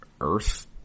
earth